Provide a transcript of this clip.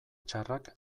txarrak